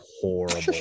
horrible